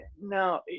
now